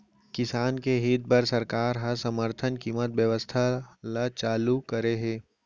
किसान के हित बर सरकार ह समरथन कीमत बेवस्था ल चालू करे हे